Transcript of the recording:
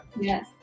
yes